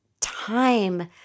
time